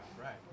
right